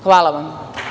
Hvala vam.